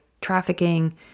trafficking